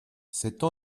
cette